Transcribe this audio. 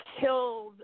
killed